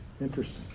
interesting